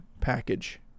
package